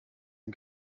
and